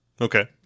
Okay